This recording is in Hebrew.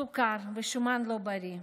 סוכר ושומן לא בריא.